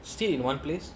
still in one place